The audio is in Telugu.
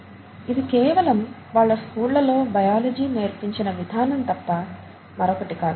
ఇది కేవలం వాళ్ళ స్కూళ్ళలో బయాలజీ నేర్పించిన విధానం తప్ప మరొకటి కాదు